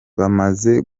bamaze